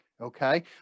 Okay